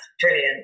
brilliant